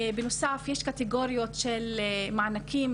בנוסף יש קטגוריות של מענקים